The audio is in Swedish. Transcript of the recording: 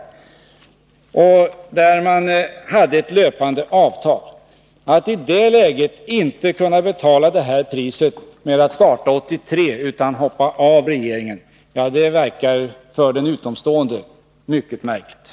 Därtill kom att det fanns ett löpande avtal. Att i det läget inte kunna betala det pris som det innebar att starta 1983 utan i stället hoppa av regeringen, det verkar för den utomstående mycket märkligt.